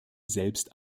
selbst